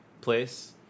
place